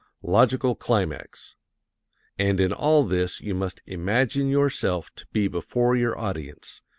logical climax and in all this you must imagine yourself to be before your audience,